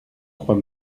trois